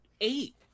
eight